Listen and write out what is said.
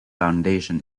foundation